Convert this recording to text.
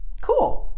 cool